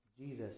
Jesus